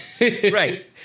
right